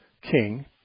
king